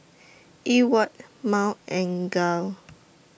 Ewart Mal and Gayle